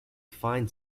fine